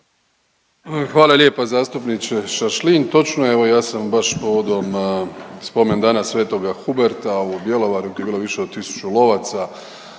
Hvala lijepa zastupniče Šašlin. Točno, evo, ja sam baš povodom spomendana sv. Huberta u Bjelovaru, gdje je bilo više od 1000 lovaca